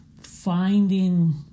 finding